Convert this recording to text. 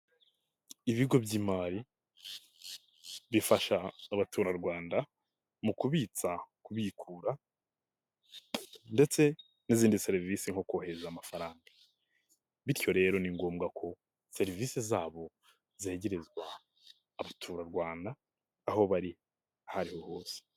Ibigo by'imari bifasha abaturarwanda mu kubitsa, kubikura ndetse n'izindi serivisi nko kohereza amafaranga, bityo rero ni ngombwa ko serivise zabo zegerezwa abaturarwanda aho bari aho ariho hose.